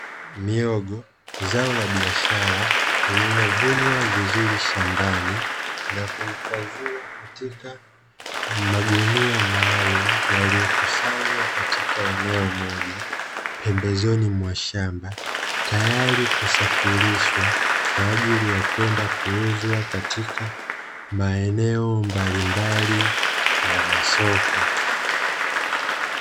Mihogo, zao la biashara lililovunwa vizuri shambani na kuhifadhiwa katika magunia maalumu, yaliyokusanywa katika eneo moja pembezoni mwa shamba tayari kusafirishwa kwaajili ya kwenda kuuzwa katika maeneo mbalimbali ya masoko.